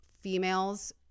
females